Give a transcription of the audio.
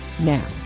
now